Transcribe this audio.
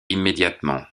immédiatement